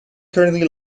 currently